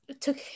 took